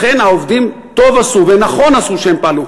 לכן העובדים, טוב עשו ונכון עשו שהם פעלו.